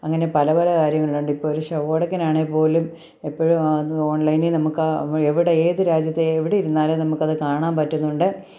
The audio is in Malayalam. അങ്ങനെ പല പല കാര്യങ്ങളുണ്ട് ഇപ്പം ഒരു ശവമടക്കിനാണെങ്കിൽ പോലും എപ്പോഴും ആ ഓൺലൈനിൽ നമുക്ക് എവിടെ ഏത് രാജ്യത്ത് എവിടെ ഇരുന്നാലും നമുക്ക് അത് കാണാൻ പറ്റുന്നുണ്ട്